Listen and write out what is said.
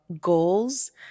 goals